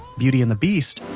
beauty and the beast.